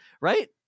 right